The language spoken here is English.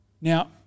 Now